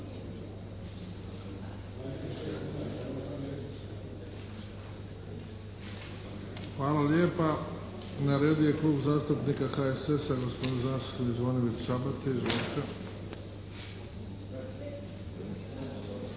Hvala lijepa. Na redu je Klub zastupnika HSS-a, gospodin zastupnik Zvonimir Sabati.